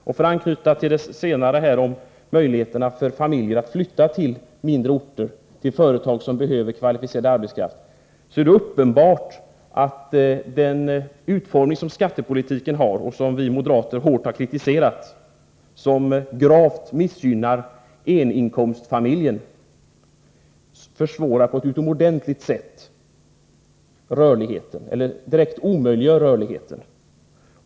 För att anknyta till möjligheten för familjer att flytta till mindre orter och företag som behöver kvalificerad arbetskraft, hävdar jag att det är uppenbart att den utformning som skattepolitiken i dag har — och som vi moderater hårt har kritiserat — gravt missgynnar eninkomstfamiljen och på ett utomordentligt allvarligt sätt försvårar, eller direkt hindrar, rörlighet.